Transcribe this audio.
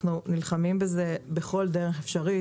אנחנו נלחמים בזה בכל דרך אפשרית.